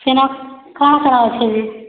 ସେନ କାଣା କାଣା ଅଛେ ଯେ